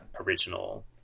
original